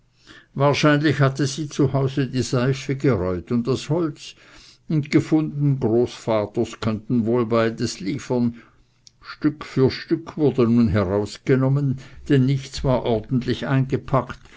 wahrscheinlich hatte sie zu hause die seife gereut und das holz und gefunden großvaters könnten wohl beides liefern stück für stück wurde nun herausgenommen denn nichts war ordentlich eingepackt